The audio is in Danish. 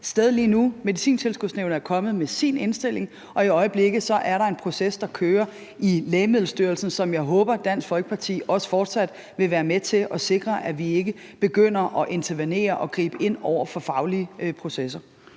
sted lige nu. Medicintilskudsnævnet er kommet med sin indstilling, og i øjeblikket er der en proces, der kører i Lægemiddelstyrelsen. Så jeg håber, at Dansk Folkeparti også fortsat vil være med til at sikre, at vi ikke begynder at intervenere og gribe ind over for faglige processer.